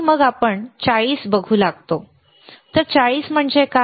आणि मग आपण 40 बघू लागतो तर 40 म्हणजे काय